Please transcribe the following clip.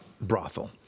brothel